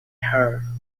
her